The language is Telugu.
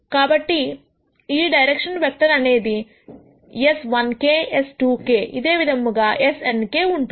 కాబట్టి ఈ డైరెక్షన్ వెక్టర్ అనేది s1k s2k ఇదే విధముగా snk ఉంటుంది